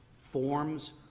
forms